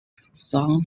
sound